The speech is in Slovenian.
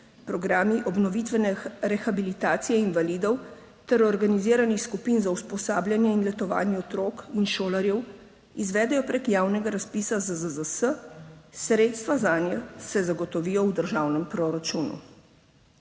programi obnovitvene rehabilitacije invalidov ter organiziranih skupin za usposabljanje in letovanje otrok in šolarjev izvedejo preko javnega razpisa ZZZS, sredstva zanje se zagotovijo v državnem proračunu.